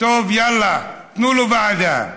טוב, יאללה, תנו לו ועדה.